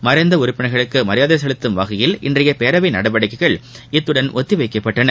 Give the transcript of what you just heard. மறைந்த உறுப்பினர்களுக்கு மரியாதை செலுத்தும் வகையில் இன்றைய பேரவை நடவடிக்கைகள் இத்துடன் ஒத்தி வைக்கப்பட்டன